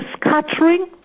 scattering